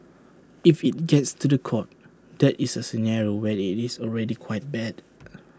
if IT gets to The Court that is A scenario where IT is already quite bad